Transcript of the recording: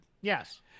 yes